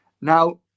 Now